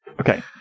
Okay